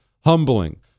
Humbling